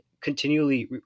continually